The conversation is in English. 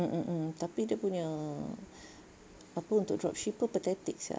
mm mm mm tapi dia punya apa untuk dropship pathetic sia